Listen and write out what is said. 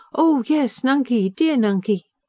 oh yes, nunkey dear nunkey!